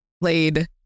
played